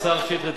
לא,